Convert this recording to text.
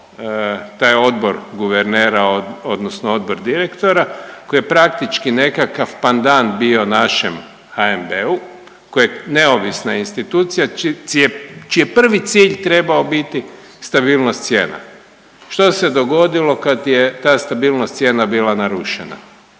taj odbor guvernera odnosno odbor direktora koji je praktički nekakav pandan bio našem HNB-u koji je neovisna institucija, čiji je prvi cilj trebao biti stabilnost cijena. Što se dogodilo kad je ta stabilnost cijena bila narušena?